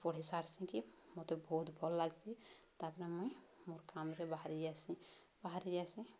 ପଢ଼ି ସାରିକି ମୋତେ ବହୁତ ଭଲ୍ ଲାଗ୍ସି ତାପରେ ମୁଇଁ ମୋର୍ କାମ୍ରେେ ବାହାରି ଯାସି ବାହାରି ଯାସି